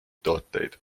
tooteid